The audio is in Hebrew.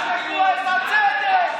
אל תשכחו את הצדק.